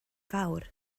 fawr